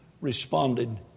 responded